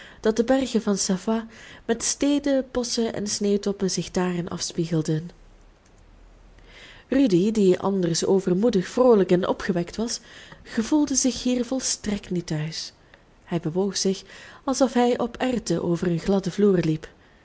dat de bergen van savoye met steden bosschen en sneeuwtoppen zich daarin afspiegelden rudy die anders overmoedig vroolijk en opgewekt was gevoelde zich hier volstrekt niet thuis hij bewoog zich alsof hij op erwten over een gladden vloer liep